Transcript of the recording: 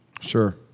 Sure